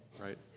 right